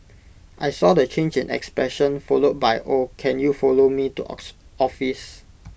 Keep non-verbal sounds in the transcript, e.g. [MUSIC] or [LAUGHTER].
I saw the change in expression followed by oh can you follow me to [NOISE] office